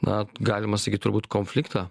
na galima sakyt turbūt konfliktą